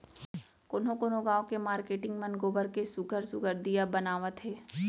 कोनो कोनो गाँव के मारकेटिंग मन गोबर के सुग्घर सुघ्घर दीया बनावत हे